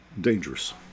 Dangerous